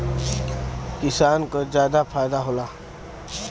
किसान क जादा फायदा होला